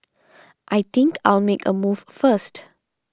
I think I'll make a move first